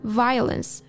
violence